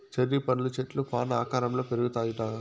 cherry పండ్ల చెట్లు fan ఆకారంల పెరుగుతాయిట